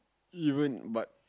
even but